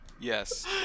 Yes